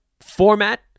format